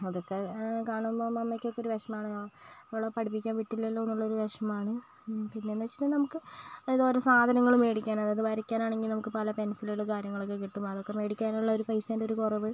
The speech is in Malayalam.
അതൊക്കെ കാണുമ്പോൾ അമ്മക്കൊക്കെ ഒരു വിഷമമാണ് ഇവളെ പഠിപ്പിക്കാൻ വിട്ടില്ലല്ലോ എന്നുള്ളൊരു വിഷമമാണ് പിന്നെ എന്ന് വെച്ചിട്ടുണ്ടെങ്കിൽ നമുക്ക് അതായത് ഓരോ സാധനങ്ങൾ മേടിക്കാൻ അതായത് വരക്കാനാണെങ്കിലും നമുക്ക് പല പെൻസിലുകളും കാര്യങ്ങളൊക്കെ കിട്ടും അതൊക്കെ മേടിക്കാൻ ഉള്ളൊരു പൈസേൻ്റെ ഒരു കുറവ്